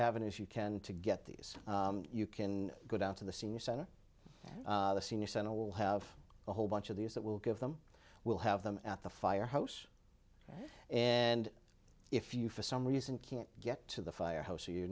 avenues you can to get these you can go down to the senior center the senior center will have a whole bunch of these that will give them we'll have them at the firehouse and if you for some reason can't get to the firehouse or you're